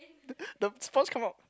the the sponge come out